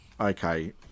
Okay